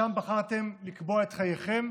ששם בחרתם לקבוע את חייכם,